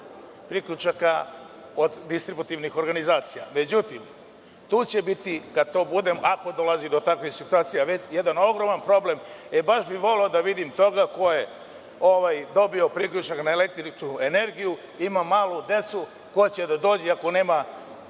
priključaka od distributivnih organizacija.Međutim, tu će biti kad to bude, ako dolazi do takvih situacija, jedan ogroman problem, e baš bih voleo da vidim toga ko je dobio priključak na električnu energiju, ima malu decu, hoće da dođe i ako nema,